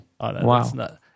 Wow